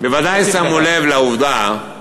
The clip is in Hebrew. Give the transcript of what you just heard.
בוודאי שמו לב לעובדה